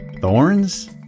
Thorns